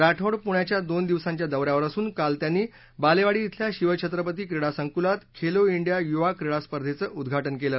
राठोड पुण्याच्या दोन दिवसांच्या दौ यावर असून काल त्यांनी बालेवाडी इथल्या शिव छत्रपती क्रीडा संकुलात खेलो इंडिया युवा क्रीडा स्पर्धेचं उद्दाजि केलं